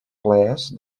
plaers